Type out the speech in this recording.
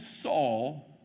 Saul